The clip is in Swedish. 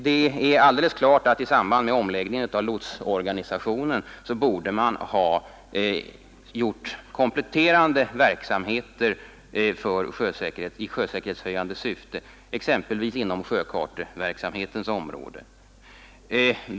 Det är alldeles klart att man i samband med omläggningen av lotsorganisationen borde ha vidtagit kompletterande åtgärder i sjösäkerhetshöjande syfte, exempelvis inom sjökarteverksamhetens område.